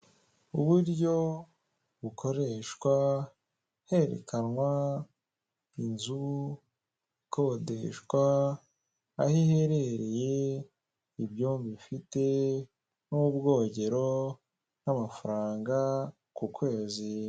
Uburyo bukoreshwa herekanwa inzu ikodeshwa aho iherereye ibyomba bifite n'ubwogero n'amafaranga ku kwezi.